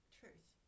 truth